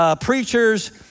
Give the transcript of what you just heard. preachers